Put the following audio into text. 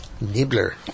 Nibbler